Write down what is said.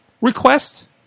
request